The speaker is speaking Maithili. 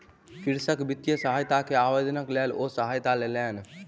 कृषक वित्तीय सहायता के आवेदनक लेल ओ सहायता लेलैन